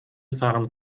fahren